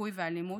הדיכוי והאלימות,